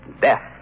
Death